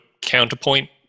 counterpoint